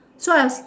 so I